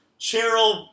Cheryl